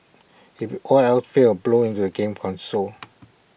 if all else fails blow into A game console